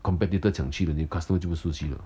competitor 抢去 the 你的 customer 就不熟悉了